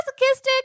masochistic